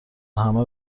همه